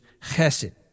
chesed